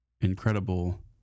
incredible